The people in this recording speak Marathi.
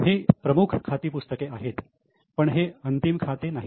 हे प्रमुख खाती पुस्तके आहेत पण हे अंतिम खाते नाहीत